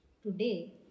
Today